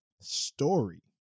story